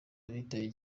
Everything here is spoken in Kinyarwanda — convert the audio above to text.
bitabiriye